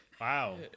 Wow